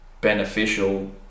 beneficial